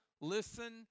listen